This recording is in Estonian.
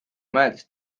mõeldes